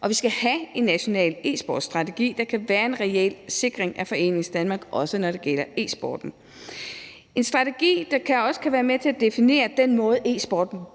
og vi skal have en national e-sportsstrategi, der kan være en reel sikring af Foreningsdanmark, også når det gælder e-sporten. Det skal være en strategi, der også kan være med til at definere den måde, e-sporten